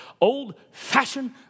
old-fashioned